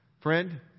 Friend